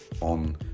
on